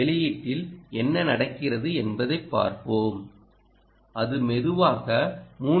வெளியீட்டில் என்ன நடக்கிறது என்பதைப் பார்ப்போம் அது மெதுவாக 3